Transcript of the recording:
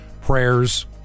prayers